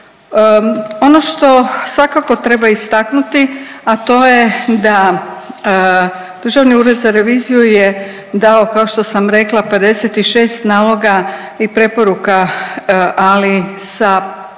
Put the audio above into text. Ono što svakako treba istaknuti, a to je da Državni ured za reviziju je dao, kao što sam rekla, 56 naloga i preporuka, ali sa prošlim